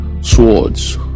swords